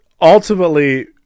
ultimately